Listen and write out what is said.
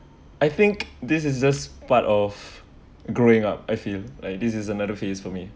I think this is just part of growing up I feel like this is another phase for me